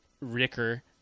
Ricker